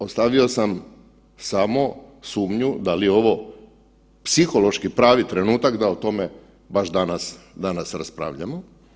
Ostavio sam samo sumnju da li je ovo psihološki pravi trenutak da o tome baš danas, danas raspravljamo.